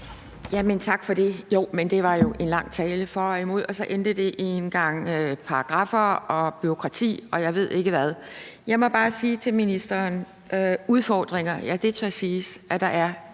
Tak for det. Det var jo en lang tale for og imod, og så endte det med at handle om paragraffer, bureaukrati, og jeg ved ikke hvad. Jeg må bare sige til ministeren: Ja, det tør siges,